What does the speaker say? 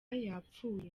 yapfuye